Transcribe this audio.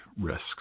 risks